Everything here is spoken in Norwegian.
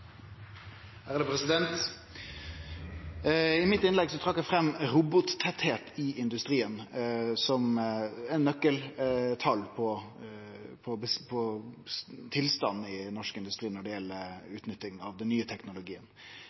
eg fram talet på robotar i industrien som eit nøkkeltal på tilstanden i norsk industri når det gjeld utnytting av den nye teknologien.